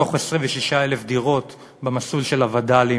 מתוך 26,000 דירות במסלול של הווד"לים